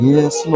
Yes